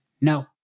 No